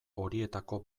horietako